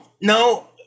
no